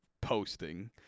posting